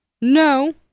No